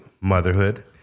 motherhood